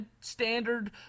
standard